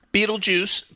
Beetlejuice